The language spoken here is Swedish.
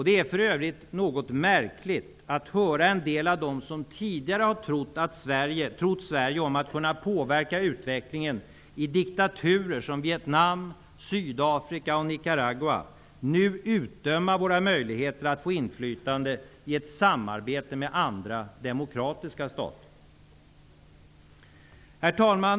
Det är för övrigt något märkligt att höra en del av dem som tidigare trott Sverige om att kunna påverka utvecklingen i diktaturer som Vietnam, Sydafrika och Nicaragua nu utdöma våra möjligheter att få inflytande i ett samarbete med andra demokratiska stater. Herr talman!